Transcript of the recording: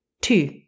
Two